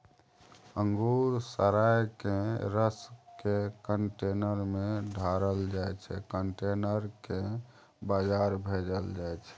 अंगुर सराए केँ रसकेँ कंटेनर मे ढारल जाइ छै कंटेनर केँ बजार भेजल जाइ छै